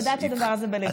אני יודעת שהדבר הזה בליבך.